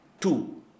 Two